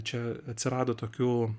čia atsirado tokių